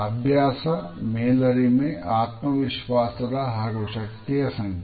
ಅಭ್ಯಾಸ ಮೇಲರಿಮೆಯ ಆತ್ಮವಿಶ್ವಾಸದ ಹಾಗೂ ಶಕ್ತಿಯ ಸಂಕೇತ